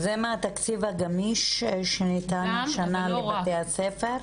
זה מהתקציב אג"מי שניתן שנה לבתי הספר?